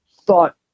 thought